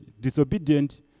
disobedient